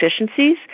efficiencies